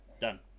done